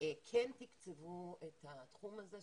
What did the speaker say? כן תקצו את התחום הזה.